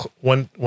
one